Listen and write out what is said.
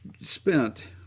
spent